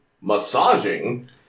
massaging